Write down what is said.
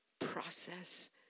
process